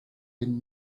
been